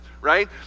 right